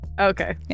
Okay